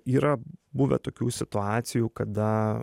yra buvę tokių situacijų kada